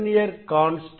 vernier constant